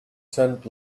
tent